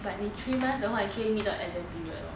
but 你 three months 的话会就会 meet 到 exam period lor